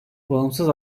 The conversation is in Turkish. bağımsız